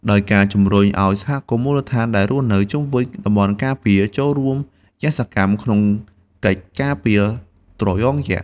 ដោយការជំរុញឲ្យសហគមន៍មូលដ្ឋានដែលរស់នៅជុំវិញតំបន់ការពារ ចូលរួមយ៉ាងសកម្មក្នុងកិច្ចការពារត្រយងយក្ស។